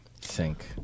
Sink